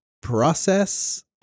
process